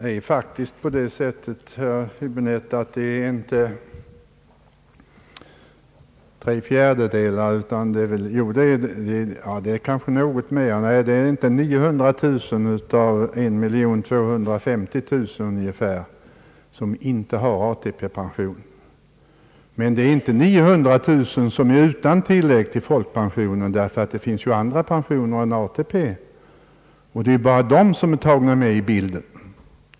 Det är faktiskt så, herr Häbinette, att det är 900 000 personer av 1250 000 personer som inte har ATP, men det är inte 900 000 personer som är utan tilllägg till folkpension, Det finns nämligen andra pensioner än ATP, och det är bara de som inte får tillägg som är tagna med i bilden.